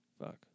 Fuck